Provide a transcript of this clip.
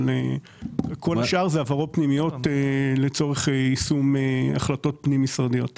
כל השאר זה העברות פנימיות לצורך יישום החלטות פנים-משרדיות.